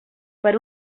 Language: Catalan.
per